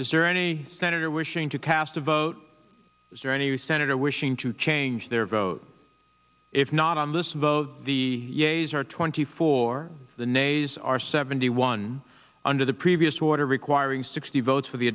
is there any senator wishing to cast a vote is there any senator wishing to change their vote if not on this vote the yeas are twenty four the nays are seventy one under the previous water requiring sixty votes for the